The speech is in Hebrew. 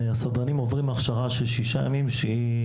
הסדרנים עוברים הכשרה של שישה ימים שהיא